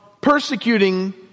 persecuting